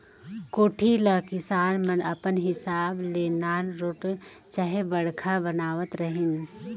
कोठी ल किसान मन अपन हिसाब ले नानरोट चहे बड़खा बनावत रहिन